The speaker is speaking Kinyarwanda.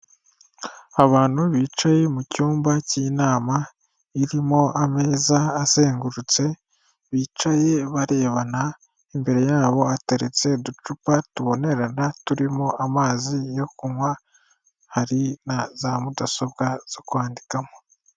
Abantu bicaye mu cyumba k'inama irimo ameza azengurutse bicaye barebana, imbere yabo hateretse uducupa tubonerana turimo amazi yo kunywa, hari na za mudasobwa zo kwandikamo.